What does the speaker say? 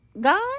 God